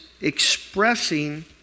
expressing